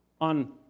on